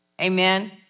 Amen